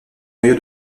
noyau